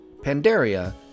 Pandaria